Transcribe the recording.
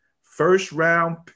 first-round